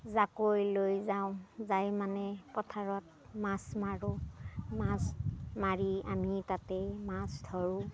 জাকৈ লৈ যাওঁ যাই মানে পথাৰত মাছ মাৰোঁ মাছ মাৰি আমি তাতে মাছ ধৰোঁ